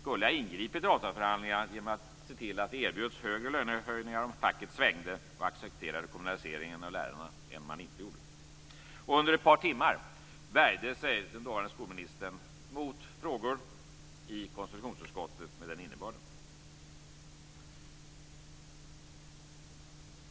skulle ha ingripit i avtalsförhandlingarna genom att se till att det erbjöds högre lönehöjningar om facket svängde och accepterade kommunaliseringen av lärarna än om man inte gjorde det. Under ett par timmar värjde sig den dåvarande skolministern mot frågor i konstitutionsutskottet med den innebörden.